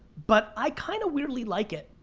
but i kind of weirdly like it.